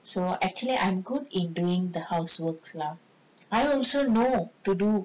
so actually I'm good in doing the houseworks lah I also know to do